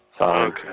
Okay